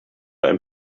ein